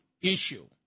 issue